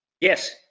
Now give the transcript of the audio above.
yes